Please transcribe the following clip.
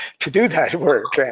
to do that work. yeah